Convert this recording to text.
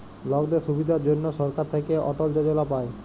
লকদের সুবিধার জনহ সরকার থাক্যে অটল যজলা পায়